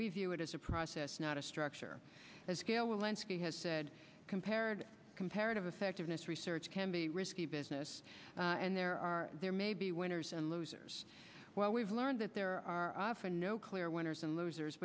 we view it as a process not a structure as gail wilensky has said compared comparative effectiveness research can be risky business and there are there may be winners and losers well we've learned that there are often no clear winners and losers